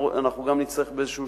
אנחנו גם נצטרך באיזה שלב,